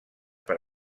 per